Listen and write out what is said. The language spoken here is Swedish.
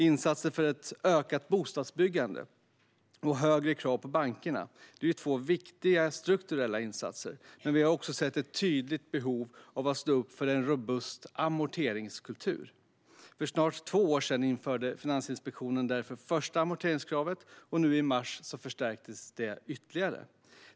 Insatser för ett ökat bostadsbyggande och högre krav på bankerna är två viktiga strukturella insatser, men vi har också sett ett tydligt behov av att stå upp för en robust amorteringskultur. För snart två år sedan införde Finansinspektionen därför det första amorteringskravet, och nu i mars förstärktes det ytterligare.